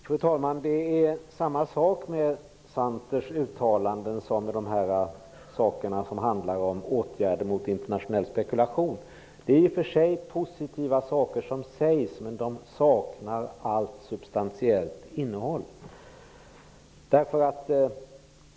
Fru talman! Det förhåller sig på samma sätt med Santerns uttalanden som med detta som handlar om åtgärder mot internationell spekulation. Det som sägs är i och för sig positivt, men det saknar allt substantiellt innehåll.